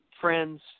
friends